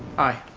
i.